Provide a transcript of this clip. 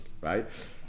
right